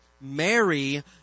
Mary